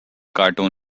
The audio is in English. cartoon